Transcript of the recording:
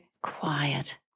quiet